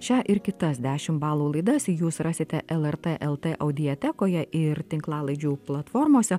šią ir kitas dešim balų laidas jūs rasite lrt lt audiatekoje ir tinklalaidžių platformose